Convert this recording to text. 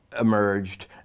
emerged